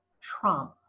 trump